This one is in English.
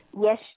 Yes